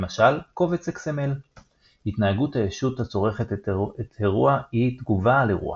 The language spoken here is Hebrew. למשל קובץ XML. התנהגות הישות הצורכת את אירוע היא תגובה על אירוע.